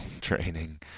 training